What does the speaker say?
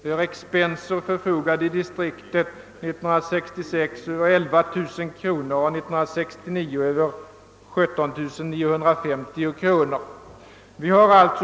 För expenser förfogade distriktet 1966 över 11 000 kronor och 1969 över 17 950 kronor.